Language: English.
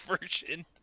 version